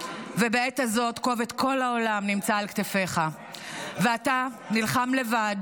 ובעת הזאת כובד כל העולם נמצא על כתפך ואתה נלחם לבד,